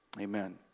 Amen